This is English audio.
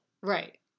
Right